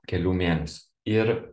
kelių mėnesių ir